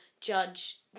judge